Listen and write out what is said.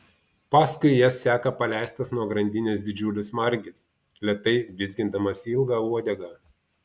paskui jas seka paleistas nuo grandinės didžiulis margis lėtai vizgindamas ilgą uodegą